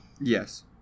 Yes